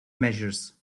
measures